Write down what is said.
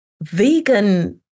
vegan